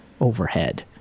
overhead